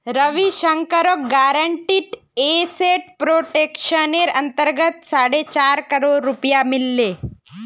रविशंकरक guaranteed asset प्रोटेक्शनेर अंतर्गत साढ़े चार करोड़ रुपया मिल ले